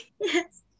Yes